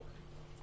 אוקיי.